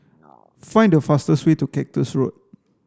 find the fastest way to Cactus Road